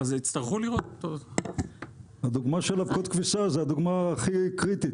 אז יצטרכו להיות --- הדוגמה של אבקות כביסה היא הדוגמה הכי קריטית.